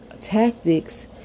tactics